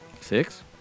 Six